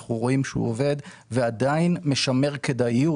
אנחנו רואים שהוא עובד ועדיין משמר כדאיות.